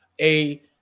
A-